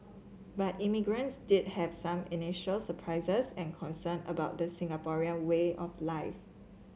but immigrants did have some initial surprises and concern about the Singaporean way of life